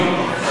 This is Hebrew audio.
את הנאומים,